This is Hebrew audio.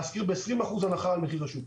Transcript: אנחנו נשכיר ב-20% הנחה על מחיר השוק.